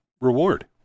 reward